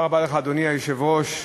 אדוני היושב-ראש,